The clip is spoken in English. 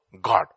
God